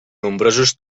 nombrosos